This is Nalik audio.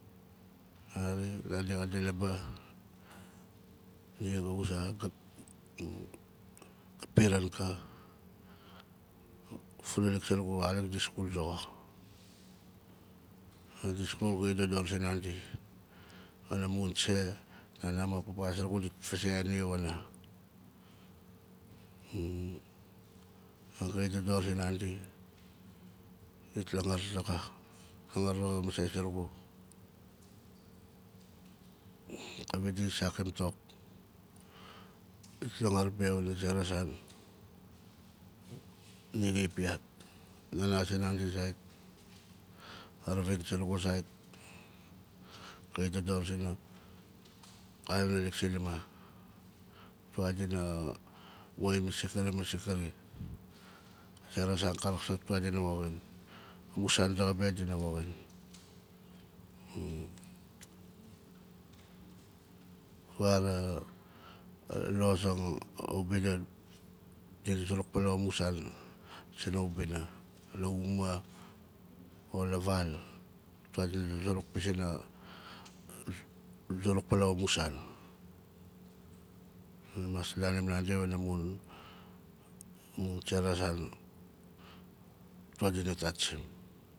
Nari nandi xa di labaa nia ga wuza a piran ka a funalik surugu xarik di skul zoxo madi skul gai dodor zinandi panaa mun ze nana ma papa zurugu dit fazeang nia wana ma gai dodor zinandi dit langar daxa langar daxa masei zurugu kawit dina sakim tok dit langar be wana zera zan ni gai piat nana zinandi zait, a ravin surugu zait kai dodor zimam a kana naalik sinima tua dina woxin masing kari masing kari a zera zan ka raksaat tua dina woxin amusan daxa be dina woxin tua ra lozang a ubina dina zuruk paalau amusan sina ubina la umaa o la val tua dina zuruk pizin zuruk paalau amusan dina mas lanim nandi wanaa mun- mun zera zan tua dina tatsim